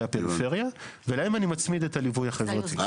הפריפריה ולהם אני מצמיד את הליווי החברתי.